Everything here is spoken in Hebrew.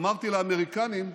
אמרתי לאמריקנים: